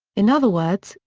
in other words,